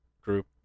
group